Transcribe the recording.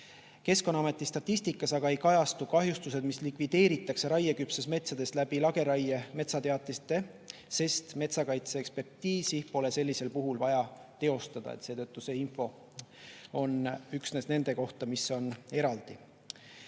Keskkonnaameti statistikas aga ei kajastu kahjustused, mis likvideeritakse raieküpsetes metsades läbi lageraie metsateatiste, sest metsakaitseekspertiisi pole sellisel puhul vaja teostada. Seetõttu see info on üksnes nende kohta, mis on eraldi.